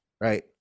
right